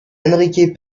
enrique